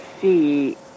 see